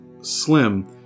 Slim